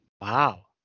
Wow